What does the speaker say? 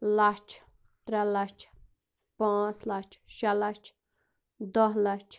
لچھ ترٛےٚ لچھ پانٛژ لچھ شےٚ لچھ دَہ لچھ